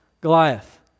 Goliath